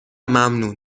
ممنون